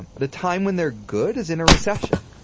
and the time when they're good is in a recession.